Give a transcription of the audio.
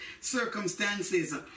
circumstances